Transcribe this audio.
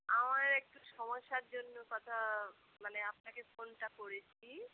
আমার একটু সমস্যার জন্য কথা মানে আপনাকে ফোনটা করেছি